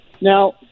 Now